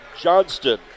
Johnston